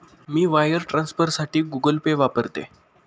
मी wire ट्रान्सफरसाठी Google Pay वापरते